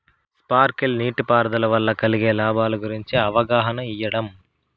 Sprinkle నీటిపారుదల వల్ల కలిగే లాభాల గురించి అవగాహన ఇయ్యడం?